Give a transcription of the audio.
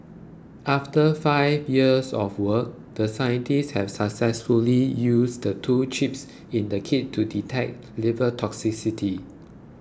after five years of work the scientists have successfully used the two chips in the kit to detect liver toxicity